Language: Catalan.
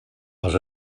els